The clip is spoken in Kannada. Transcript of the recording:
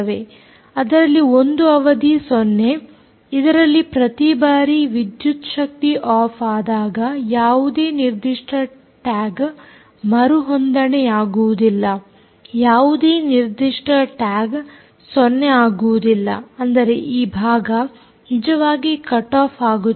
ಅದರಲ್ಲಿ ಒಂದು ಅವಧಿ 0 ಇದರಲ್ಲಿ ಪ್ರತಿ ಬಾರಿ ವಿದ್ಯುತ್ ಶಕ್ತಿ ಆಫ್ ಆದಾಗ ಯಾವುದೇ ನಿರ್ದಿಷ್ಟ ಟ್ಯಾಗ್ ಮರುಹೊಂದಣೆಯಾಗುವುದಿಲ್ಲ ಯಾವುದೇ ನಿರ್ದಿಷ್ಟ ಟ್ಯಾಗ್ 0 ಆಗುವುದಿಲ್ಲ ಅಂದರೆ ಈ ಭಾಗ ನಿಜವಾಗಿ ಕಟ್ ಆಫ್ ಆಗುತ್ತದೆ